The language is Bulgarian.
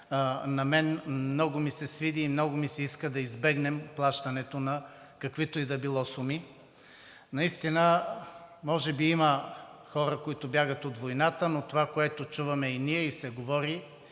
на мен много ми се свиди и много ми се иска да избегнем плащането на каквито и да било суми. Наистина може би има хора, които бягат от войната, но това, което чуваме и ние и се говори,